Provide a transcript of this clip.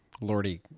lordy